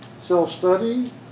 self-study